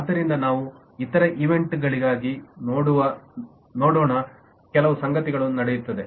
ಆದ್ದರಿಂದ ನಾವು ಇತರ ಈವೆಂಟ್ ಗಳಿಗಾಗಿ ನೋಡೋಣಕೆಲವು ಸಂಗತಿಗಳು ನಡೆಯುತ್ತಿವೆ